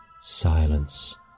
silence